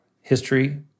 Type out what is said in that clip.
history